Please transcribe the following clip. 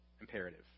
imperative